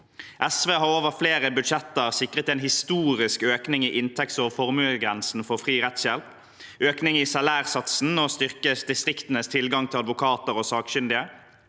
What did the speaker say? SV har over flere budsjetter sikret en historisk økning i inntekts- og formuesgrensene for fri rettshjelp, økning i salærsatsen og å styrke distriktenes tilgang til advokater og sakkyndige.